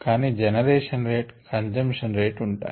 కానీ generation rate consumption rate ఉంటాయి